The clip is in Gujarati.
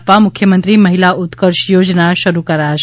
આપવા મુખ્યમંત્રી મહિલા ઉત્કર્ષ યોજના શરૂ કરાશે